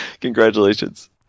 Congratulations